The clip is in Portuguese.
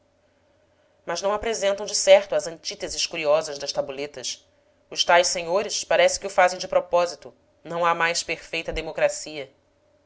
mas não apresentam de certo as antíteses curiosas das tabuletas os tais senhores parece que o fazem de propósito não há mais perfeita democracia